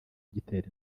igitera